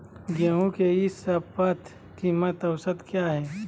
गेंहू के ई शपथ कीमत औसत क्या है?